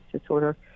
disorder